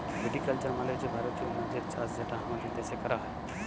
ভিটি culture মালে হছে ভারতীয় মদের চাষ যেটা আমাদের দ্যাশে ক্যরা হ্যয়